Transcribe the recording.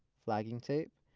flagging tape,